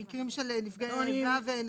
אני